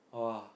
!wah!